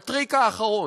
הטריק האחרון: